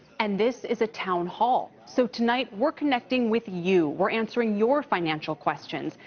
and this is a town hall, so tonight we're connecting with you. we're answering your financial questions.